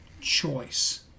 choice